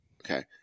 Okay